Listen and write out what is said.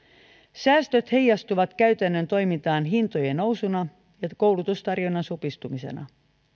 säästöt heijastuvat käytännön toimintaan hintojen nousuna ja koulutustarjonnan supistumisena